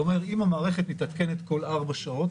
זה אומר שאם המערכת מתעדכנת בכל ארבע שעות